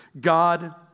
God